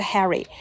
Harry